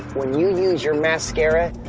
when you use your mascara,